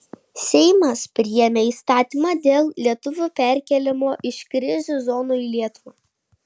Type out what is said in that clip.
seimas priėmė įstatymą dėl lietuvių perkėlimo iš krizių zonų į lietuvą